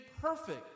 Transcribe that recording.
perfect